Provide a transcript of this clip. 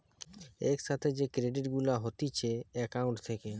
এক সাথে যে ক্রেডিট গুলা হতিছে একাউন্ট থেকে